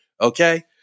Okay